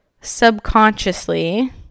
subconsciously